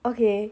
okay